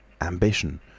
Ambition